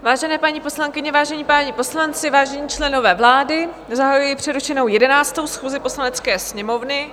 Vážené paní poslankyně, vážení páni poslanci, vážení členové vlády, zahajuji přerušenou 11. schůzi Poslanecké sněmovny.